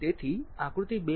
તેથી આ આકૃતિ 2